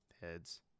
Heads